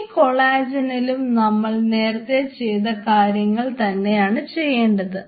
ഈ കൊളാജനിലും നമ്മൾ നേരത്തെ ചെയ്ത കാര്യങ്ങൾ തന്നെയാണ് ചെയ്യേണ്ടത്